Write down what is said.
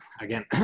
again